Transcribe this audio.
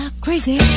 crazy